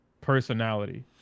personality